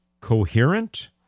coherent